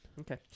Okay